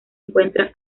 encuentra